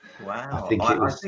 Wow